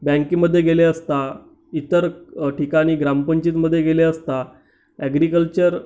बँकेमध्ये गेले असता इतर ठिकाणी ग्रामपंचायतीत मध्ये गेले असता ॲग्रिकल्चर